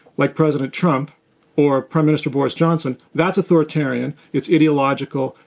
like president trump or prime minister boris johnson. that's authoritarian, it's ideological,